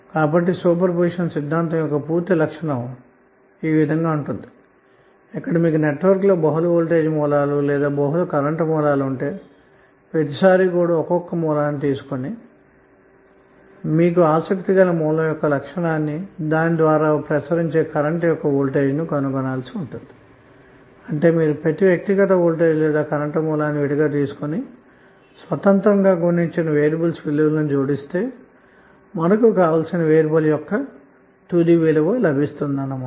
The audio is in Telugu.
కాబట్టి సూపర్ పొజిషన్ సిద్ధాంతం యొక్క పూర్తి లక్షణం ఏమిటంటే మీ వద్ద గల నెట్వర్క్లో బహుళమైన వోల్టేజ్ సోర్స్ లు గాని కరెంట్ సోర్స్ లు గాని ఉంటే మీరు ప్రతిసారి ఒకొక్క సోర్స్ ని మాత్రమే తీసుకోని మీకు ఆసక్తి గల మూలం ద్వారా ప్రవహించే కరెంట్ లేదా వోల్టేజ్ను కనుగొని ఈ విధంగా లభించిన విలువలను జోడిస్తే మనకు కావలసిన వేరియబుల్ యొక్క తుది విలువ లభిస్తుందన్నమాట